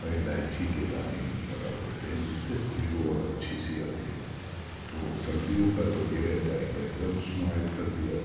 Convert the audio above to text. الائچی کے دانے ہم اس میں ڈال دیتے ہیں جس سے خوشبو اور اچھی سی آتی ہے تو سردیوں کا تو یہ رہتا ہے کہ ادرک اس میں ایڈ کر دیا